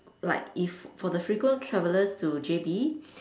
like if for the frequent travelers to J_B